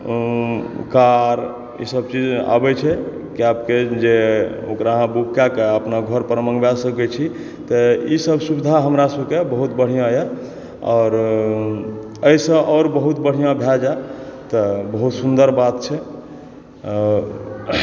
car ईसब चीज आबै छै कियाकि जे ओकरा अहाँ बुक कए कऽ अपना घर पर मंगबा सकै छी तऽ ईसब सुविधा हमरा सबके बहुत बढ़िऑं यऽ आओर एहिसॅं आओर बहुत बढ़िऑं भए जाय तऽ बहुत सुंदर बात छै